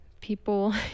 people